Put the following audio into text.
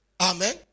Amen